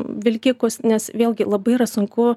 vilkikus nes vėlgi labai yra sunku